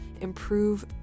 improve